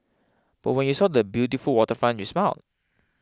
but when you saw the beautiful waterfront you smiled